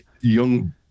young